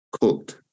cooked